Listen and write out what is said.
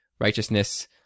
righteousness